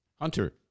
Hunter